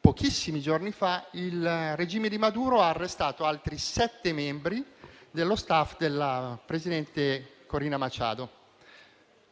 pochissimi giorni fa, il regime di Maduro ha arrestato altri sette membri dello *staff* di Maria Corina Machado.